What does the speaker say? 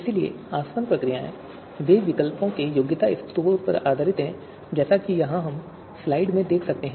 इसलिए आसवन प्रक्रियाएं वे विकल्पों के योग्यता स्कोर पर आधारित हैं जैसा कि हम यहां स्लाइड में देख सकते हैं